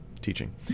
teaching